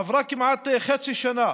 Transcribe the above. עברה כמעט חצי שנה